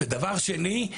דבר שני,